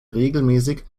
regelmäßig